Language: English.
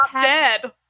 dead